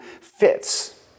fits